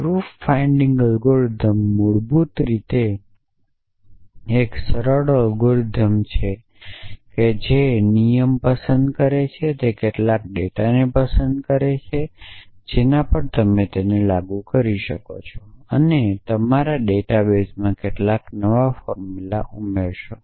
proof finding algorithm મૂળરૂપે એક સરળ અલ્ગોરિધમનો છે જે નિયમ પસંદ કરે છે તે કેટલાક ડેટાને પસંદ કરે છે કે જેના પર તમે તેને લાગુ કરી શકો અને તમારા ડેટાબેઝમાં કેટલાક નવા ફોર્મુલા ઉમેરશો